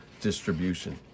distribution